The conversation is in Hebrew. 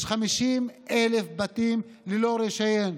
יש 50,000 בתים ללא רישיון.